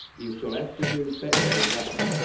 you shall have to do better than that.